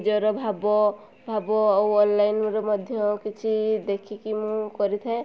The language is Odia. ନିଜର ଭାବ ଭାବ ଆଉ ଅନଲାଇନ୍ରୁ ମଧ୍ୟ କିଛି ଦେଖିକି ମୁଁ କରିଥାଏ